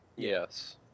Yes